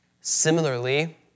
Similarly